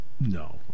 No